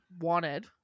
wanted